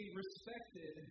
respected